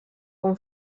com